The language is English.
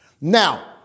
Now